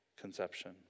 conception